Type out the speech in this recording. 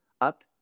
up